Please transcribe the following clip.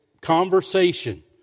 conversation